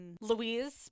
Louise